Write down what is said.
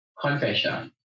Confession